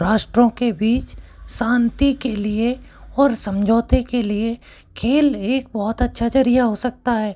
राष्ट्रों के बीच शांति के लिए और समझौते के लिए खेल एक बहुत अच्छा ज़रिया हो सकता है